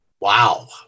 Wow